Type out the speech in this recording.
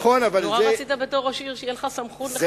מאוד רצית בתור ראש עיר שתהיה לך סמכות לכוון את התנועה.